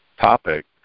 topic